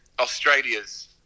Australia's